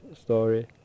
story